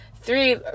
three